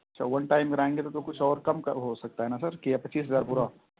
اچھا one time کرائیں گے تب تو کچھ اور کم کا ہو سکتا ہے نا سر کہ پچیس ہزار پورا